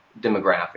demographic